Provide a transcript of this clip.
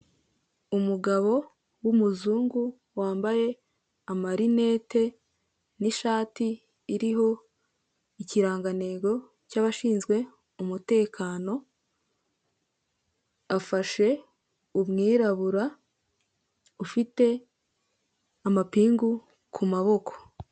Umugabo w'umuzungu wambaye amarinete; n'ishati iriho ikirangantego cy'abashinzwe umutekano; afashe umwirabura ufite amapingu ku maboko.